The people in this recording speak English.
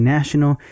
National